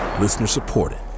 Listener-supported